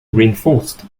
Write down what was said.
reinforced